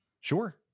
Sure